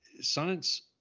science